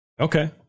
Okay